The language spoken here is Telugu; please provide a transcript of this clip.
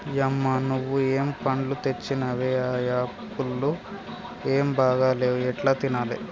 యమ్మ నువ్వు ఏం పండ్లు తెచ్చినవే ఆ యాపుళ్లు ఏం బాగా లేవు ఎట్లా తినాలే